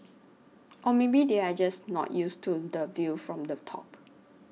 or maybe they are just not used to the view from the top